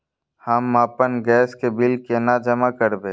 हम आपन गैस के बिल केना जमा करबे?